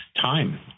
time